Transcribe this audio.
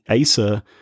Asa